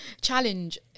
Challenge